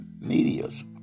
media's